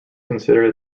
considered